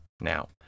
Now